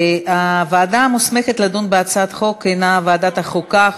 הוועדה המוסמכת לדון בהצעת החוק היא ועדת החוקה,